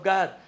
God